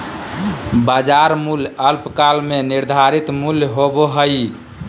बाजार मूल्य अल्पकाल में निर्धारित मूल्य होबो हइ